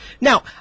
Now